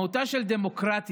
מהותה של דמוקרטיה,